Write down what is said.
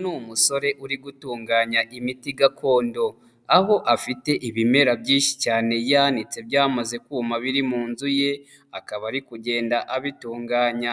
Uyu ni umusore uri gutunganya imiti gakondo, aho afite ibimera byinshi cyane yanitse byamaze kuma biri mu nzu ye, akaba ari kugenda abitunganya,